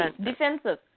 defensive